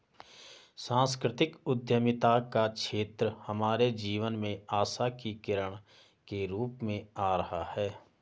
सांस्कृतिक उद्यमिता का क्षेत्र हमारे जीवन में आशा की किरण के रूप में आ रहा है